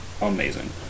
amazing